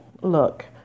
look